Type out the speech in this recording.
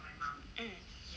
uh